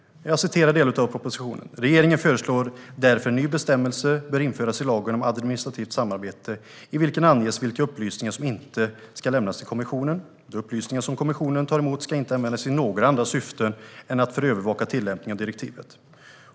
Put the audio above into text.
I propositionen står det: Regeringen föreslår därför att en ny bestämmelse bör införas i lagen om administrativt samarbete i vilken anges vilka upplysningar som inte ska lämnas till kommissionen. De upplysningar som kommissionen tar emot ska inte användas i några andra syften än för att övervaka tillämpningen av direktivet.